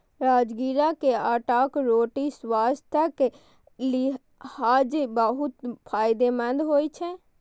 राजगिरा के आटाक रोटी स्वास्थ्यक लिहाज बहुत फायदेमंद होइ छै